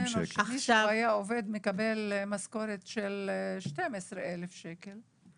נתאר לעצמנו שמי שהיה עובד ומקבל משכורת של 12 אלף שקל,